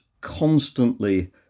constantly